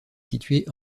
située